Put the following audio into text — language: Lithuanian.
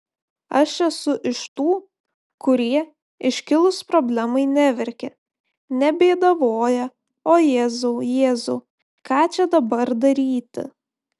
aš esu iš tų kurie iškilus problemai neverkia nebėdavoja o jėzau jėzau ką čia dabar daryti